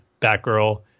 Batgirl